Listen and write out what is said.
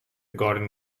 garden